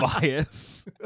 bias